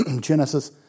Genesis